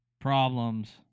problems